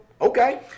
okay